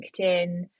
LinkedIn